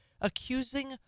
accusing